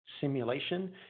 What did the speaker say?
simulation